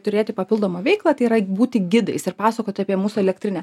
turėti papildomą veiklą tai yra būti gidais ir pasakoti apie mūsų elektrinę